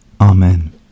Amen